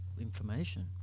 information